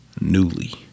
newly